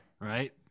Right